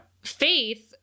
Faith